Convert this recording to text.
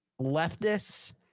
leftists